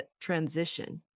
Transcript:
transition